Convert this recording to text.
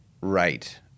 right